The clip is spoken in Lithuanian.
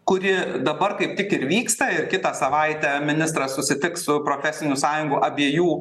kuri dabar kaip tik ir vyksta ir kitą savaitę ministras susitiks su profesinių sąjungų abiejų